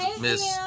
Miss